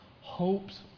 hopes